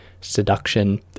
Seduction